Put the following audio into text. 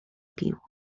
pił